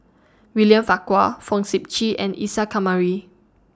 William Farquhar Fong Sip Chee and Isa Kamari